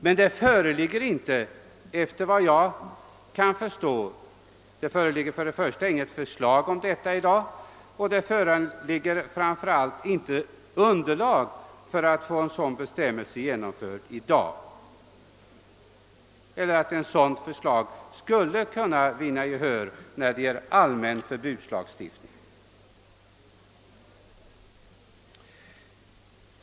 Men efter vad jag kan förstå föreligger det inget förslag om förbud mot amatörboxningen, och framför = allt finns det i dag inget underlag för att ett sådant förslag skulle vinna allmänt gehör.